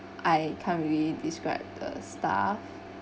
I can't really describe the staff